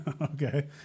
Okay